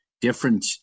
different